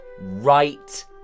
right